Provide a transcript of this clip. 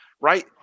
right